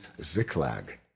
Ziklag